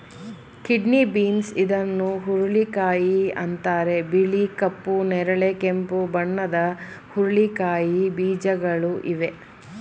kidney beans ಇದನ್ನು ಹುರುಳಿಕಾಯಿ ಅಂತರೆ ಬಿಳಿ, ಕಪ್ಪು, ನೇರಳೆ, ಕೆಂಪು ಬಣ್ಣದ ಹುರಳಿಕಾಯಿ ಬೀಜಗಳು ಇವೆ